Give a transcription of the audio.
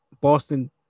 Boston